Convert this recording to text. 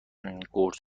قرص